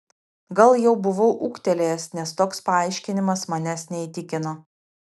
gal jau buvau ūgtelėjęs nes toks paaiškinimas manęs neįtikino